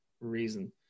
reason